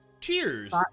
Cheers